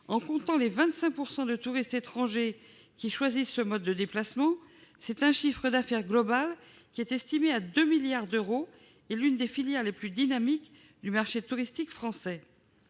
en comptant les 25 % de touristes étrangers qui choisissent ce mode de déplacement. C'est un chiffre d'affaires global estimé à 2 milliards d'euros, et l'une des filières les plus dynamiques du marché touristique français.